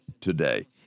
today